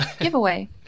giveaway